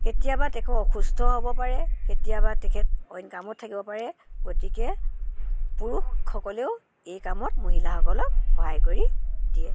কেতিয়াবা তেখেত অসুস্থও হ'ব পাৰে কেতিয়াবা তেখেত অইন কামত থাকিব পাৰে গতিকে পুৰুষসকলেও এই কামত মহিলাসকলক সহায় কৰি দিয়ে